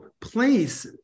place